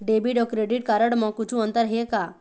Debit अऊ credit card म कुछू अंतर हे का?